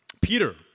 Peter